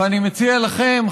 ואני מציע לכם,